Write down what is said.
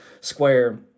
square